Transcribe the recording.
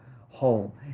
whole